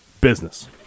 business